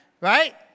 right